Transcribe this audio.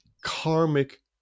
karmic